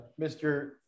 Mr